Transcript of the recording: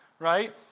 right